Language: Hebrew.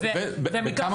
כמה